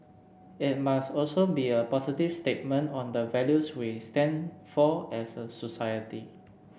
it must also be a positive statement on the values we stand for as a society